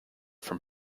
from